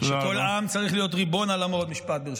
שכל עם צריך להיות ריבון בארצו,